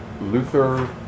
Luther